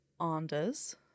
Anders